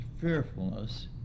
fearfulness